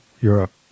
Europe